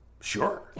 sure